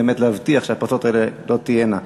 באמת להבטיח שהפרצות האלה לא תהיינה.